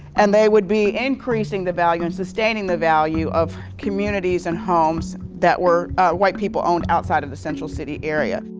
and they would be increasing the value and sustaining the value of communities and homes that white people owned outside of the central city area.